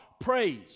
praise